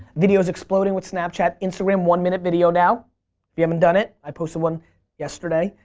video is exploding with snapchat, instagram one minute video now. if you haven't done it i posted one yesterday,